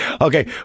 Okay